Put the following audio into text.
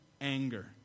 anger